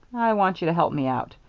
i want you to help me out.